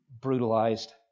brutalized